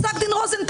פסק דין רוזנטל,